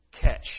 Catch